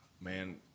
man